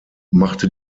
machte